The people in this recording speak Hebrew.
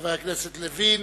חבר הכנסת לוין.